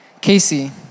Casey